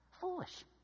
Foolish